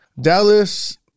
Dallas